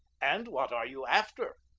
and what are you after?